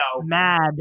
mad